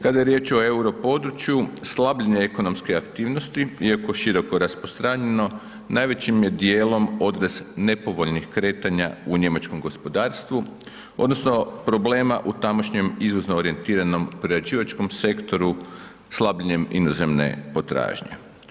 Kada je riječ o euro području slabljenje ekonomske aktivnosti iako široko rasprostranjeno najvećim je dijelom odraz nepovoljnih kretanja u njemačkom gospodarstvu odnosno problema u tamošnjem izvozno orijentiranom prerađivačkom sektoru slabljenjem inozemne potražnje.